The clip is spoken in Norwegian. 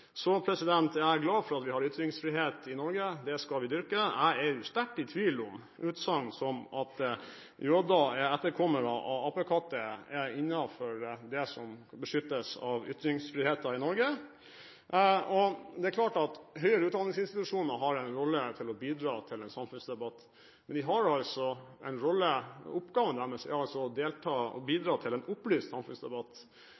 Så er jeg glad for at vi har ytringsfrihet i Norge – det skal vi dyrke. Jeg er sterkt i tvil om utsagn som at jøder er etterkommere av apekatter, er innenfor det som beskyttes av ytringsfriheten i Norge. Det er klart at høyere utdanningsinstitusjoner har en rolle i å bidra til en samfunnsdebatt, men oppgaven deres er å delta og bidra til en